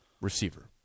receiver